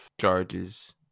charges